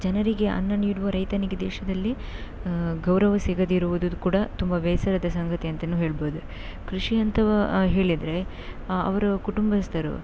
ಜನರಿಗೆ ಅನ್ನ ನೀಡುವ ರೈತನಿಗೆ ದೇಶದಲ್ಲಿ ಗೌರವ ಸಿಗದಿರುವುದು ಕೂಡ ತುಂಬ ಬೇಸರದ ಸಂಗತಿ ಅಂತಾನೂ ಹೇಳ್ಬೌದು ಕೃಷಿ ಅಂತ ಹೇಳಿದರೆ ಅವರ ಕುಟುಂಬಸ್ಥರು